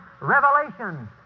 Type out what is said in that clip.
revelation